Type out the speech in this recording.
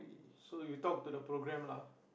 so you talk to the program lah